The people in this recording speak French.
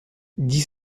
dix